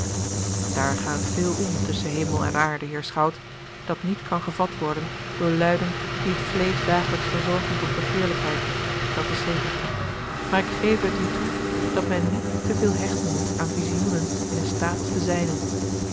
daar gaat veel om tusschen hemel en aarde heer schout dat niet kan gevat worden door luiden die het vleesch dagelijks verzorgen tot begeerlijkheid dat is zeker maar ik geve het u toe dat men niet te veel hechten moet aan visioenen in een staat als den zijnen